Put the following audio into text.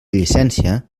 llicència